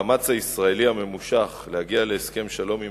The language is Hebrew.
המאמץ הישראלי הממושך להגיע להסכם שלום עם